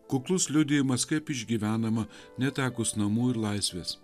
kuklus liudijimas kaip išgyvenama netekus namų ir laisvės